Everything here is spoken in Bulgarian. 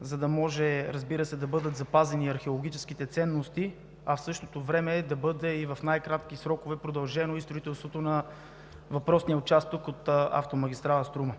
за да може, разбира се, да бъдат запазени археологическите ценности, а в същото време и в най-кратки срокове да бъде продължено и строителството на въпросния участък от автомагистрала „Струма“.